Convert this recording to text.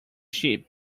cheap